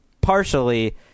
partially